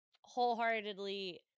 wholeheartedly